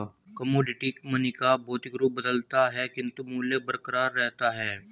commodity money का भौतिक रूप बदलता है किंतु मूल्य बरकरार रहता है